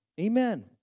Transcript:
Amen